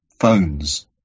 phones